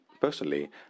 Personally